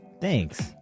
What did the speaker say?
Thanks